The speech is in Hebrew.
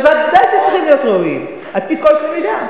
ודאי שהם צריכים להיות ראויים על-פי כל קנה מידה,